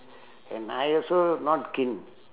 and I also not keen